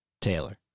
Taylor